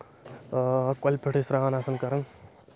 اۭں کۄلہِ پؠٹھٕے ٲسۍ سرٛان آسَان کَران